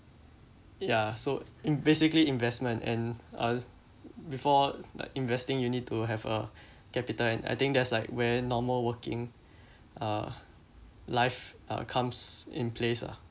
ya so in~ basically investment and uh before like investing you need to have a capital and I think there's like very normal working uh life uh comes in place ah